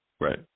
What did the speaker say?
Right